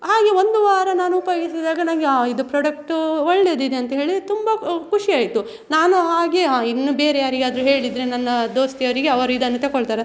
ಹಾಗೆ ಒಂದು ವಾರ ನಾನು ಉಪಯೋಗಿಸಿದಾಗ ನನಗೆ ಹಾಂ ಇದು ಪ್ರೊಡಕ್ಟ್ ಒಳ್ಳೆಯದಿದೆಯಂಥೇಳಿ ತುಂಬ ಖುಷಿ ಆಯಿತು ನಾನು ಹಾಗೆ ಹಾಂ ಇನ್ನೂ ಬೇರೆ ಯಾರಿಗಾದರೂ ಹೇಳಿದರೆ ನನ್ನ ದೋಸ್ತಿಯವರಿಗೆ ಅವರು ಇದನ್ನು ತಗೊಳ್ತಾರೆ